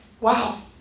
wow